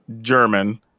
German